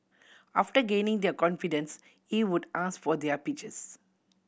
after gaining their confidence he would ask for their pictures